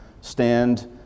stand